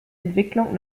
entwicklung